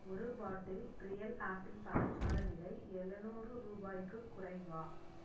ஒரு bottle real apple பழச்சாறு விலை எழுநூறு ரூபாய்க்குக் குறைவா